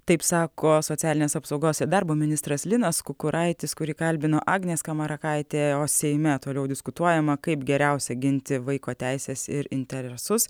taip sako socialinės apsaugos ir darbo ministras linas kukuraitis kurį kalbino agnė skamarakaitė o seime toliau diskutuojama kaip geriausia ginti vaiko teises ir interesus